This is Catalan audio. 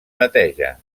neteja